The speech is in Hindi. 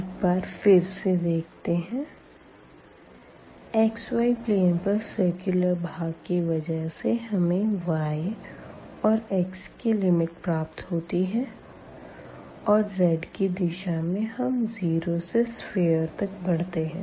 एक बार फिर से देखते है xyप्लेन पर सिरकुलर भाग की वजह से हमें y और x की लिमिट प्राप्त होती है और z की दिशा में हम 0 से सफ़ियर तक बढ़ते है